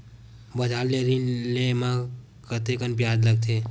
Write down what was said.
बजार ले ऋण ले म कतेकन ब्याज लगथे?